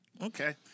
okay